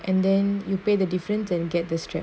and then you pay the difference and get the strap